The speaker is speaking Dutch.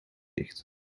dicht